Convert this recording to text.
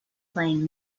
playing